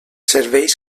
serveis